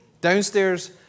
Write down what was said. downstairs